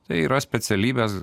tai yra specialybės